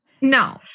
No